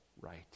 right